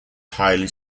highly